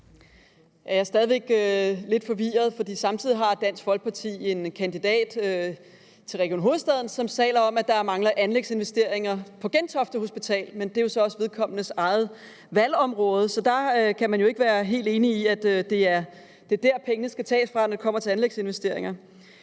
Jeg er stadig væk lidt forvirret, for samtidig har Dansk Folkeparti en kandidat til Region Hovedstaden, som taler om, at der mangler anlægsinvesteringer på Gentofte Hospital. Men det er også vedkommendes eget valgområde, og så kan man jo ikke være helt enig i, at det er dér, pengene skal tages fra, når det kommer til anlægsinvesteringer.